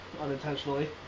unintentionally